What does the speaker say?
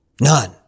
none